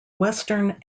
western